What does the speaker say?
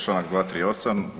Članak 238.